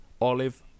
Olive